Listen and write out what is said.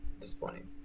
Disappointing